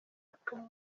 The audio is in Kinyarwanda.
butumwa